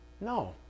No